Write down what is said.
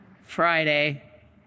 Friday